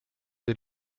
des